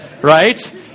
Right